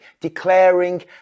declaring